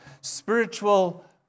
Spiritual